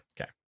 okay